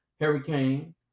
hurricane